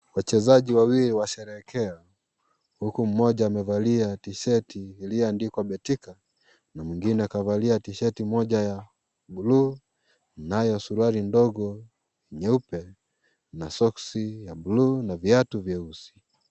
Wachezaji wawili washerehekea, huku mmoja amevalia tisheti ilio andikwa (cs)betika(cs), na mwingine akavalia tisheti moja ya (cs) blue(cs), nayo suruali ndogo nyeupe na soksi ya (cs)blue(cs), na viatu vyeusi.